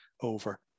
over